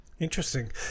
Interesting